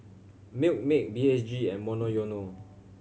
Milkmaid B H G and Monoyono